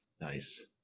Nice